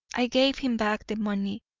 i gave him back the money,